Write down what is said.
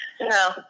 No